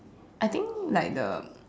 I think like the